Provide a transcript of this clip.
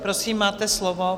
Prosím, máte slovo.